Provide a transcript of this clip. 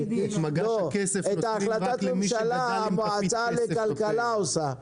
את החלטת הממשלה המועצה לכלכלה עושה.